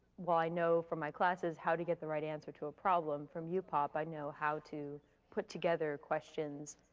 while i know from my classes how to get the right answer to a problem from yeah upop, i know how to put together questions,